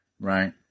Right